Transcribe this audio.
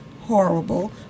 horrible